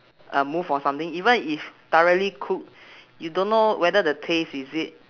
uh move or something even if thoroughly cook you don't know whether the taste is it